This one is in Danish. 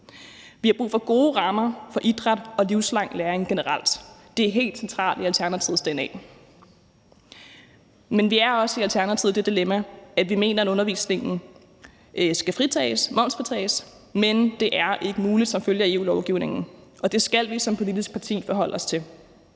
Vi har brug for gode rammer for idræt og livslang læring generelt. Det er helt centralt i Alternativets dna. Men vi er også i Alternativet i det dilemma, at vi mener, at undervisningen skal momsfritages, men det er ikke muligt som følge af EU-lovgivningen, og det skal vi som politisk parti forholde os til.